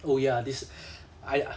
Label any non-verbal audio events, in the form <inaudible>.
oh ya this <breath> I uh